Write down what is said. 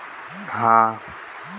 कम लागत मे हमन ड्रिप सिंचाई कर सकत हन?